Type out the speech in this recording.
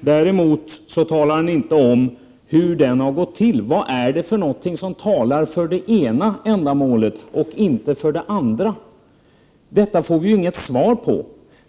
Däremot talar han inte om hur den har gått till. Vad är det för någonting som talar för det ena ändamålet och inte för det andra? Detta får vi inget svar på.